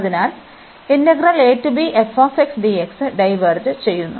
അതിനാൽ ഡൈവേർജ് ചെയ്യുന്നു